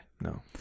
No